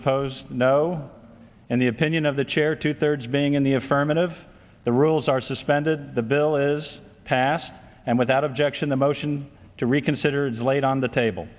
opposed no in the opinion of the chair two thirds being in the affirmative the rules are suspended the bill is passed and without objection the motion to reconsider is laid on the table